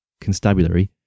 Constabulary